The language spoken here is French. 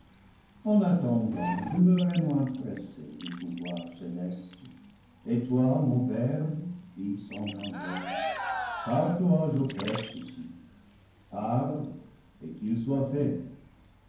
en attendant demeurez moins pressés vous pouvoirs cé lestes et toi mon verbe fils engendré par toi j'opère ceci parle et qu'il soit fait